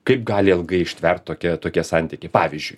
kaip gali ilgai ištvert tokie tokie santykiai pavyzdžiui